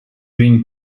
been